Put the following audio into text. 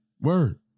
Word